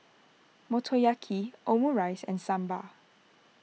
Motoyaki Omurice and Sambar